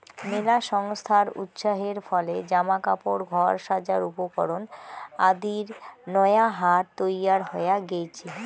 মেলা সংস্থার উৎসাহের ফলে জামা কাপড়, ঘর সাজার উপকরণ আদির নয়া হাট তৈয়ার হয়া গেইচে